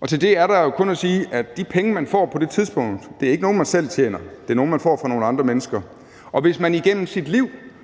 Og til det er der jo kun at sige, at de penge, man får på det tidspunkt, ikke er nogle, man selv tjener. Det er nogle, man får fra nogle andre mennesker. Og hvis man igennem sit liv